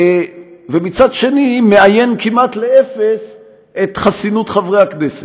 ומצד שני מאיינת כמעט לאפס את חסינות חברי הכנסת,